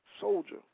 soldier